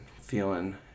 feeling